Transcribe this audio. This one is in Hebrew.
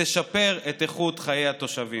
ותשפר את איכות חיי התושבים.